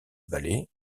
ballet